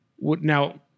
now